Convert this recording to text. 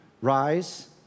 rise